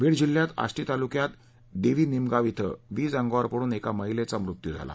बीड जिल्ह्यात आष्टी तालुक्यात देवी निमगाव ध्वे वीज अंगावर पडून एका महिलेचा मृत्यू झाला